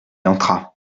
entra